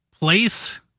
place